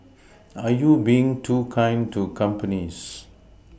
are you being too kind to companies